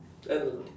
and